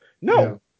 no